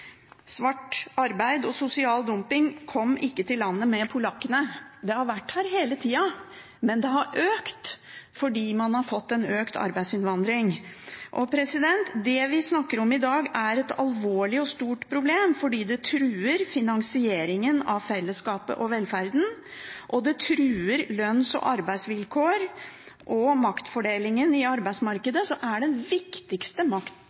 svart arbeid og sosial dumping kom ikke til landet med polakkene. Det har vært her hele tida, men det har økt fordi man har fått økt arbeidsinnvandring. Det vi snakker om i dag, er et alvorlig og stort problem fordi det truer finansieringen av fellesskapet og velferden, og det truer lønns- og arbeidsvilkår og maktfordelingen i arbeidsmarkedet, som er den viktigste makt-